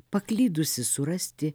paklydusį surasti